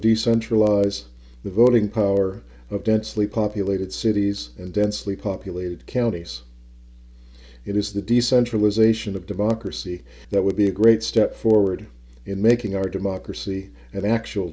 decentralize the voting power of densely populated cities and densely populated counties it is the decentralization of divine prosy that would be a great step forward in making our democracy and actual